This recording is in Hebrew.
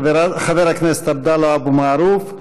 חבר הכנסת עבדאללה אבו מערוף,